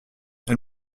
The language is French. elle